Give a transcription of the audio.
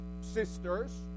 sisters